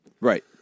Right